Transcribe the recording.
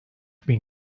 bin